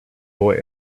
boy